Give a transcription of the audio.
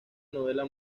novela